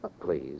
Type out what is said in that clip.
Please